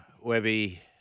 Webby